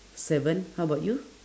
seven how about you